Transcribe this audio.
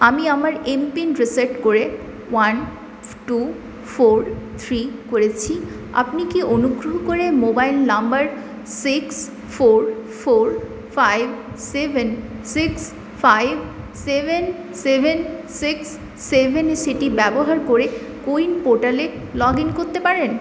আমি আমার M PIN reset করে ওয়ান টু ফোর থ্রী করেছি আপনি কি অনুগ্রহ করে mobile number six four four five seven six five seven seven six seven এ সেটি ব্যবহার করে কো উইন পোর্টালে লগ ইন করতে পারেন